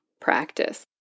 practice